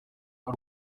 ari